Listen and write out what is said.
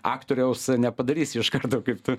aktoriaus nepadarysi iš karto kaip tu